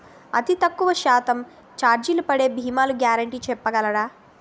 అతి తక్కువ శాతం ఛార్జీలు పడే భీమాలు గ్యారంటీ చెప్పగలరా?